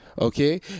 okay